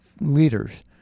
leaders